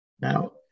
Now